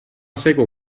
segu